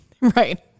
right